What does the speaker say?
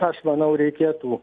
aš manau reikėtų